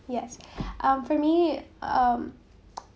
yes um for me um